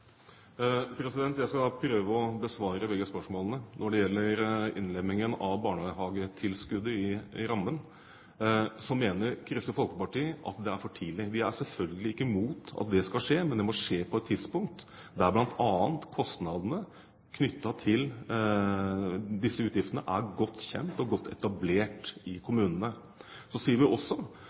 Jeg skal prøve å besvare begge spørsmålene. Når det gjelder innlemmingen av barnehagetilskuddet i rammen, mener Kristelig Folkeparti at det er for tidlig. Vi er selvfølgelig ikke imot at det skal skje, men det må skje på et tidspunkt der bl.a. kostnadene knyttet til disse utgiftene er godt kjent og godt etablert i kommunene. Så sier vi også